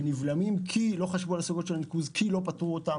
ולא מתקדמים כי לא חשבו על סוגיות הניקוז ולא פתרו אותם.